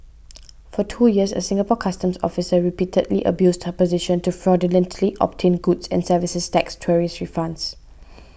for two years a Singapore Customs officer repeatedly abused her position to fraudulently obtain goods and services tax tourist refunds